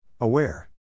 Aware